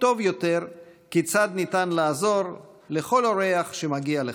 טוב יותר כיצד ניתן לעזור לכל אורח שמגיע לכאן,